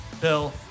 Bill